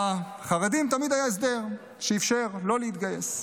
לחרדים תמיד היה הסדר שאפשר לא להתגייס.